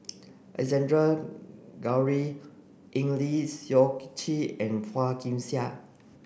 Alexander Guthrie Eng Lee Seok Chee and Phua Kin Siang